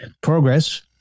progress